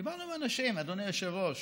דיברנו עם אנשים, אדוני היושב-ראש.